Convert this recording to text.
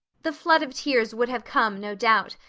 the flood of tears would have come, no doubt,